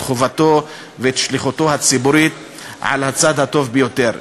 חובתו ואת שליחותו הציבורית על הצד הטוב ביותר.